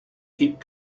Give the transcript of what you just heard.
keep